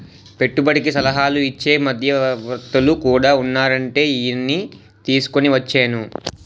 పెట్టుబడికి సలహాలు ఇచ్చే మధ్యవర్తులు కూడా ఉన్నారంటే ఈయన్ని తీసుకుని వచ్చేను